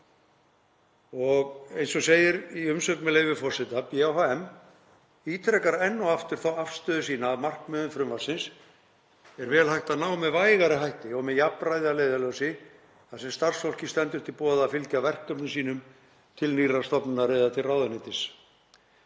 eins og segir í umsögn, með leyfi forseta: „BHM ítrekar enn og aftur þá afstöðu sína að markmiðum frumvarpsins er vel hægt að ná með vægari hætti og með jafnræði að leiðarljósi þar sem starfsfólki stendur til boða að fylgja verkefnum sínum til nýrrar stofnunar eða til ráðuneytisins.